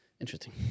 Interesting